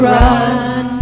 run